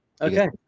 Okay